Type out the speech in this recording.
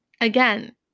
again